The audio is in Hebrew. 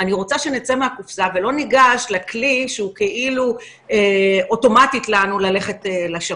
אני רוצה שנצא מהקופסה ולא נגש לכלי שהוא כאילו אוטומטי לנו ללכת לשב"כ.